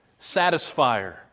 Satisfier